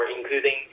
including